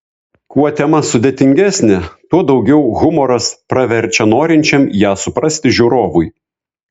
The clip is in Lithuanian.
kuo tema sudėtingesnė tuo daugiau humoras praverčia norinčiam ją suprasti žiūrovui